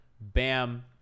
BAM